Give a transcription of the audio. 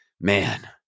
man